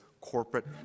corporate